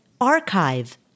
archive